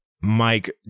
Mike